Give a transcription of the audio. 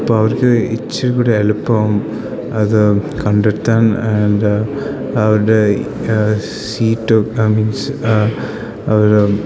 അപ്പം അവർക്ക് ഇച്ചിരി കൂടി എളുപ്പമാവും അത് കണ്ടെത്താൻ ആൻഡ് അവരുടെ സീറ്റ് ഐ മീൻസ് അവർ